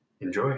Enjoy